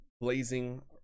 blazing